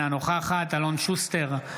אינה נוכחת אלון שוסטר,